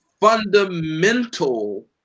fundamental